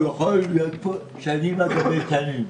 הוא יכול להיות פה שנים על גבי שנים.